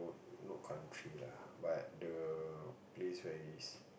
not country lah but the place where it's